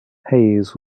hayes